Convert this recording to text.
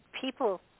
people